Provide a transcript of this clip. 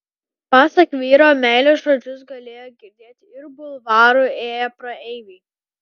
pasak vyro meilės žodžius galėjo girdėti ir bulvaru ėję praeiviai